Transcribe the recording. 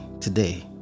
today